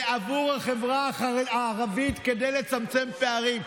זה עבור החברה הערבית כדי לצמצם פערים.